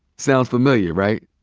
sounds familiar, right?